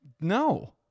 No